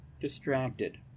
distracted